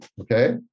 okay